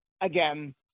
again